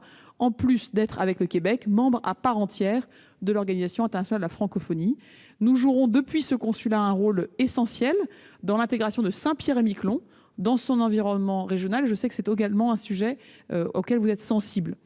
en plus d'être, avec le Québec, membre à part entière de l'Organisation internationale de la francophonie. Nous jouerons depuis ce consulat un rôle essentiel dans l'intégration de Saint-Pierre-et-Miquelon dans son environnement régional- je sais que vous êtes sensible